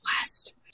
West